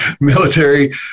Military